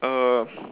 err